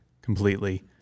completely